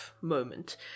moment